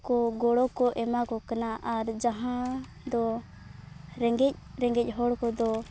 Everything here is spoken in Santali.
ᱠᱚ ᱜᱚᱲᱚ ᱠᱚ ᱮᱢᱟ ᱠᱚ ᱠᱟᱱᱟ ᱟᱨ ᱡᱟᱦᱟᱸ ᱫᱚ ᱨᱮᱸᱜᱮᱡ ᱨᱮᱸᱜᱮᱡ ᱦᱚᱲ ᱠᱚᱫᱚ